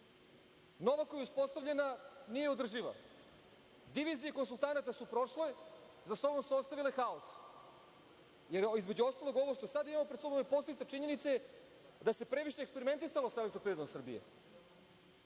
Nova koja je uspostavljena nije održiva. Divizije konsultanata su prošle i za sobom su ostavili haos, jer između ostalog ovo što sada imamo pred sobom je posledica činjenice da se previše eksperimentisalo sa „Elektroprivredom Srbije“.Neka